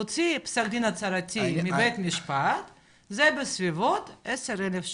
להוציא פסק דין הצהרתי מבית משפט זה בסביבות העשרה אלף שקל.